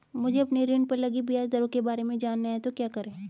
मुझे अपने ऋण पर लगी ब्याज दरों के बारे में जानना है तो क्या करें?